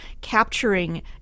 capturing